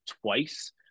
twice